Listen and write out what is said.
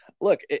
look